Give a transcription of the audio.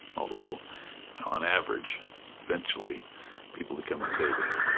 although on average eventually people become disabled.